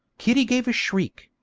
kitty gave a shriek.